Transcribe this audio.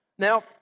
Now